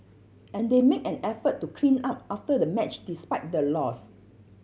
and they made an effort to clean up after the match despite the loss